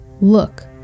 Look